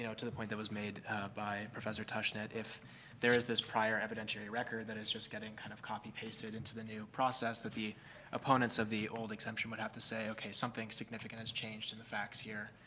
you know to the point that was made by professor tushnet, if there is this prior evidentiary record that it's just getting kind of copy pasted into the new process, that the opponents of the old exemption would have to say, ok, something significant has changed in the facts here,